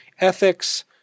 ethics